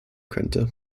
könnte